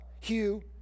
Hugh